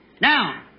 Now